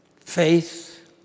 faith